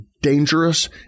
dangerous